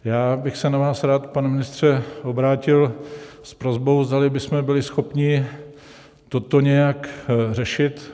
Já bych se na vás rád, pane ministře, obrátil s prosbou, zdali bychom byli schopni toto nějak řešit.